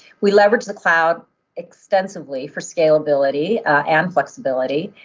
we leveraged the cloud extensively for scalability and flexibility.